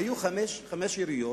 היו חמש יריות